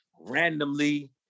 randomly